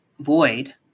void